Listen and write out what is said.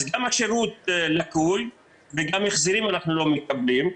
אז גם השירות לקוי וגם החזרים אנחנו לא מקבלים.